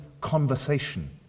conversation